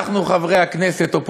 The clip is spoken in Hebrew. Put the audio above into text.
אנחנו חברי הכנסת, אופוזיציה,